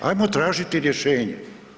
Hajmo tražiti rješenje.